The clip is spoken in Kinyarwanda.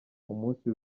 umunsi